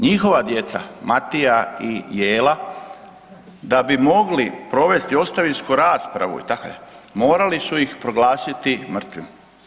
Njihova djeca, Matija i Jela, da bi mogli provesti ostavinsku raspravu, morali su ih proglasiti mrtvima.